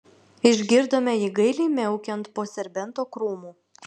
išgirdome jį gailiai miaukiant po serbento krūmu